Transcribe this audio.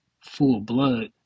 full-blood